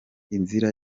inzira